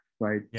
right